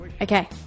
Okay